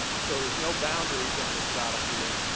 so there's no boundaries on this battlefield.